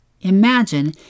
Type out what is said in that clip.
Imagine